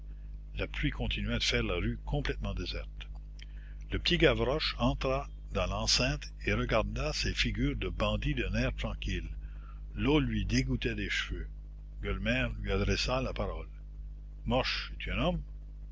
la pluie continuait de faire la rue complètement déserte le petit gavroche entra dans l'enceinte et regarda ces figures de bandits d'un air tranquille l'eau lui dégouttait des cheveux gueulemer lui adressa la parole mioche es-tu un homme